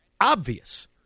obvious